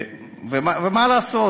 ומה לעשות,